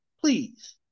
please